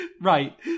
Right